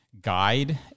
guide